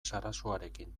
sarasuarekin